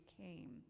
came